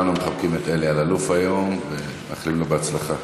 מחבקים את אלי אלאלוף היום ומאחלים לו בהצלחה.